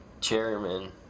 Chairman